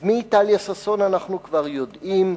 אז מיהי טליה ששון אנחנו כבר יודעים.